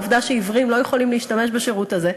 העובדה שעיוורים לא יכולים להשתמש בשירות הזה,